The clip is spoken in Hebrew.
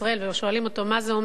והיו שואלים אותו מה זה אומר,